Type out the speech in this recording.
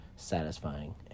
Satisfying